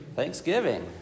Thanksgiving